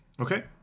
Okay